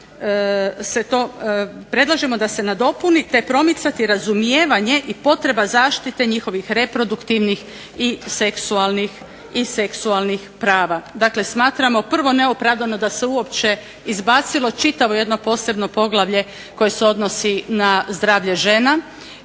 se to, predlažemo da se nadopuni, te promicati razumijevanje i potreba zaštite njihovih reproduktivnih i seksualnih prava. Dakle, smatramo prvo neopravdano da se uopće izbacilo čitavo jedno posebno poglavlje koje se odnosi na zdravlje žena